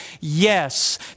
yes